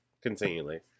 continually